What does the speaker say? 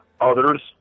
Others